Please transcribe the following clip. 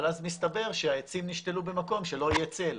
אבל אז מסתבר שהעצים נשתלו במקום שלא יהיה צל,